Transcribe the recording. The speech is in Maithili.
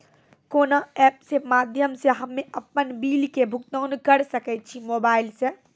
कोना ऐप्स के माध्यम से हम्मे अपन बिल के भुगतान करऽ सके छी मोबाइल से?